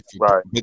Right